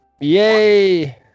Yay